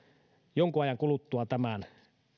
jonkun ajan kuluttua tämän